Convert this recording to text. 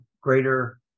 greater